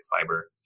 fiber